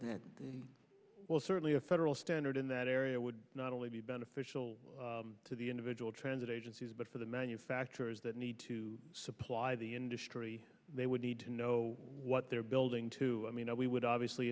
assure that well certainly a federal standard in that area would not only be beneficial to the individual transit agencies but for the manufacturers that need to supply the industry they would need to know what they're building to i mean we would obviously